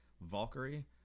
Valkyrie